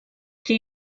che